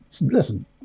Listen